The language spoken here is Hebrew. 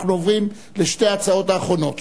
אנחנו עוברים לשתי ההצעות האחרונות,